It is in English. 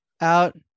out